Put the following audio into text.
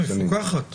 היא מפוקחת.